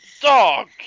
dog